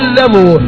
level